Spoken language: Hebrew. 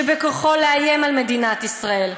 שבכוחו לאיים על מדינת ישראל.